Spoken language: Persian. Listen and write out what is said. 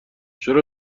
چرا